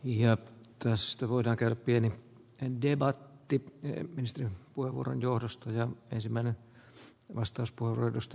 ja tästä voida käydä pienin endi matti väistö kuivurin johdosta ja ensimmäinen arvoisa puhemies